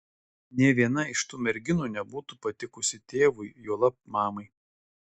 nė viena iš tų merginų nebūtų patikusi tėvui juolab mamai